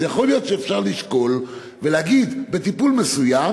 יכול להיות שאפשר לשקול ולהגיד שבטיפול מסוים